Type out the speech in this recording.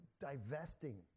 divesting